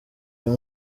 uyu